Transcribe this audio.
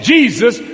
Jesus